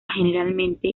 generalmente